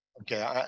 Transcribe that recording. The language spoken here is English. Okay